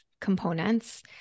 components